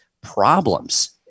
problems